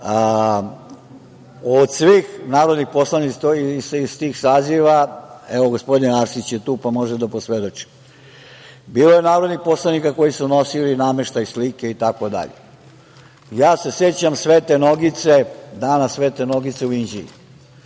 Od svih narodnih poslanika iz tih saziva, evo gospodin Arsić je tu pa može da posvedoči. Bilo je narodnih poslanika koji su nosili nameštaj, slike itd. Ja se sećam svete nogice, danas svete nogice u Inđiji.